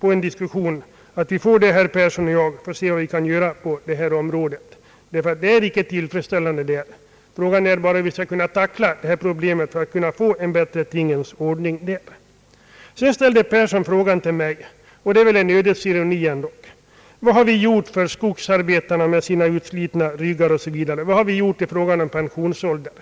på en diskussion tillsammans med herr Persson för att se vad vi kan åstadkomma på detta område. Förhållandena är icke tillfredsställande — frågan är bara hur vi skall kunna tackla problemet för att nå en bättre tingens ordning. Vidare ställde herr Persson den frågan till mig — och det är väl ändå en ödets ironi: Vad har centern gjort för skogsarbetarna, med deras utslitna ryggar osv., när det gäller pensionsåldern?